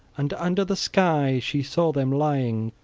and under the sky she saw them lying,